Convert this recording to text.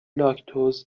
لاکتوز